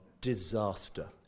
disaster